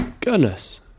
Goodness